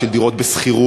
של דירות בשכירות,